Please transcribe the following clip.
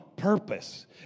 Purpose